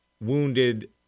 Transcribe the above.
wounded